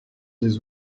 des